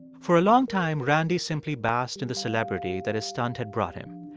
for a long time, randy simply basked in the celebrity that his stunt had brought him.